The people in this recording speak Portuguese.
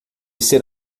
ser